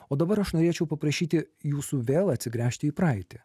o dabar aš norėčiau paprašyti jūsų vėl atsigręžti į praeitį